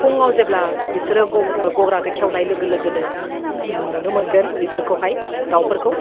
फुङाव जेब्ला बिसोरो गग्राखौ खेवनाय लोगो लोगोनो नुनो मोनगोन बिसोरखौहाय दाउफोरखौ